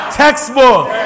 textbook